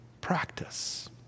practice